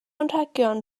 anrhegion